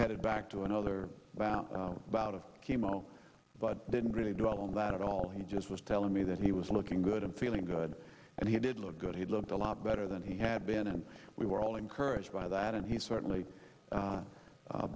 headed back to another about bout of chemo but didn't really dwell on that at all he just was telling me that he was looking good i'm feeling good and he did look good he looked a lot better than he had been and we were all encouraged by that and he certainly